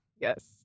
Yes